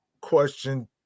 question